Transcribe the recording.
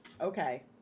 Okay